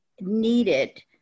needed